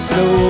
no